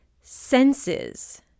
senses